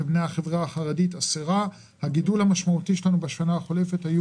ומבני החברה החרדית 10. הגידול המשמעותי שלנו בשנה החולפת היה